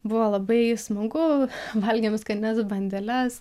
buvo labai smagu valgėm skanias bandeles